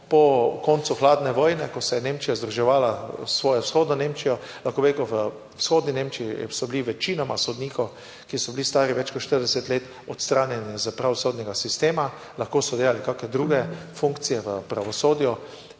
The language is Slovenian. po koncu hladne vojne, ko se je Nemčija združevala s svojo Vzhodno Nemčijo, lahko bi rekel, v Vzhodni Nemčiji so bili večinoma sodnikov, ki so bili stari več kot 40 let, odstranjeni iz pravosodnega sistema, lahko so delali kakšne druge funkcije v pravosodju,